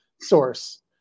source